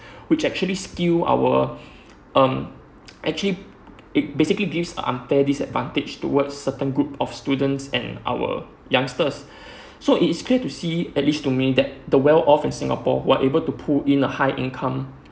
which actually skew our um actually it basically give an unfair disadvantage towards certain groups of students and our youngsters so it is clear to see at least to me that the well-off in singapore who are able to pull in a high income